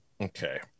okay